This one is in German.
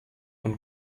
und